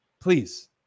Please